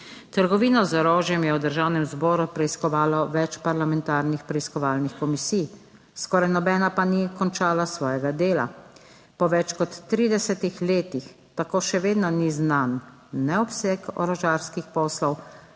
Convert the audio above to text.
Trgovino z orožjem je v Državnem zboru preiskovalo več parlamentarnih preiskovalnih komisij, skoraj nobena pa ni končala svojega dela. Po več kot 30 letih tako še vedno ni znan ne obseg orožarskih poslov